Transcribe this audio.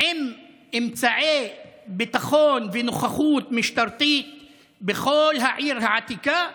עם אמצעי ביטחון ונוכחות משטרתית בכל העיר העתיקה,